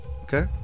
Okay